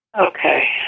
Okay